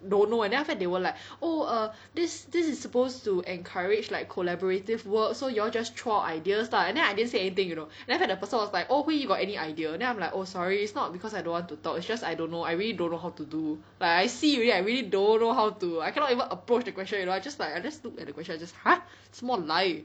don't know eh then after that they were like oh err this this is supposed to encourage like collaborative work so y'all just throw ideas lah and then I didn't say anything you know then after that the person was like oh Hui Yi you got any idea then I'm like oh sorry it's not cause I don't want to talk it's just I don't know I really don't know how to do like I see really I really don't know how to I cannot even approach the question you know I just like I just look at the question and just !huh! 什么来